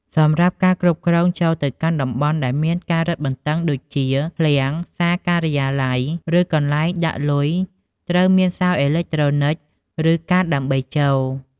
សម្រាប់ការគ្រប់គ្រងចូលទៅកាន់តំបន់ដែលមានការរឹតបន្តឹងដូចជា ឃ្លាំង សាលការិយាល័យ ឬកន្លែងដាក់លុយត្រូវមានសោអេឡិចត្រូនិកឫកាតដើម្បីចូល។